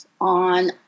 on